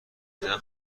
جدیدا